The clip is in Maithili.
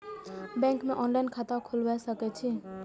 बैंक में ऑनलाईन खाता खुल सके छे?